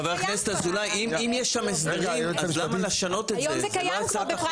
זה קיים כבר היום.